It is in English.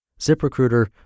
ZipRecruiter